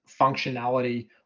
functionality